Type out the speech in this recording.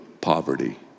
Poverty